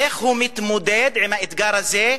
איך הוא מתמודד עם האתגר הזה,